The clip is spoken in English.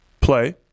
play